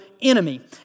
enemy